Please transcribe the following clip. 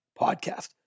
podcast